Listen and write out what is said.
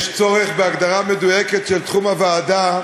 יש צורך בהגדרה מדויקת של תחום הוועדה,